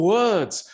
words